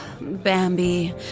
Bambi